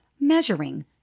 measuring